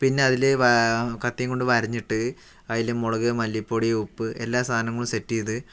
പിന്നതില് കത്തിയും കൊണ്ട് വരഞ്ഞിട്ട് അതില് മുളക് മല്ലിപ്പൊടി ഉപ്പ് എല്ലാ സാധനങ്ങളും സെറ്റ് ചെയ്ത്